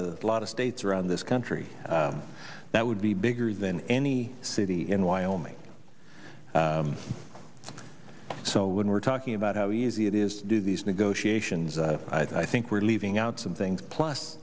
a lot of states around this country that would be bigger than any city in wyoming so when we're talking about how easy it is to do these negotiations i think we're leaving out some things plus